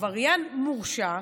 שעבריין מורשע,